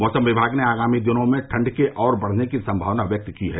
मौसम विमाग ने आगामी दिनों में ठंड के और बढ़ने की संभावना व्यक्त की है